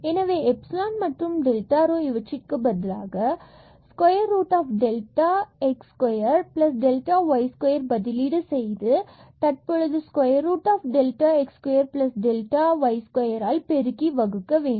எனவே epsilon மற்றும் delta rho இவற்றிற்கு பதிலாக square root delta x square delta y square பதிலீடு செய்து தற்பொழுது square root delta x square plus delta y square ஆல் பெருக்கி வகுக்க வேண்டும்